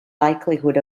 likelihood